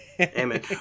Amen